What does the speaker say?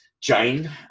jane